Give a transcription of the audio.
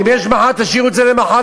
אם יש מחר, תשאירו את זה לדיון